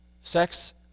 Sex